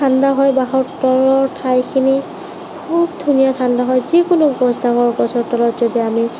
ঠাণ্ডা হয় বাঁহৰ তলৰ ঠাইখিনি খুব ধুনীয়া ঠাণ্ডা হয় যিকোনো গছ ডাঙৰ গছৰ তলত যদি আমি